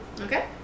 Okay